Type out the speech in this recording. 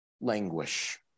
languish